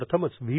प्रथमच व्ही